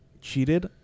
cheated